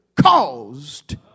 caused